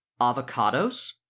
avocados